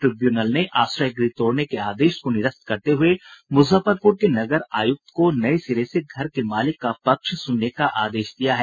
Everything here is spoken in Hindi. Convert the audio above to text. ट्रिब्यूनल ने आश्रय गृह तोड़ने के आदेश को निरस्त करते हुए मुजफ्फरपुर के नगर आयुक्त को नये सिरे से घर के मालिक का पक्ष सुनने का आदेश दिया है